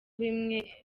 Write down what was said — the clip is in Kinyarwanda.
bimwe